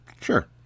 Sure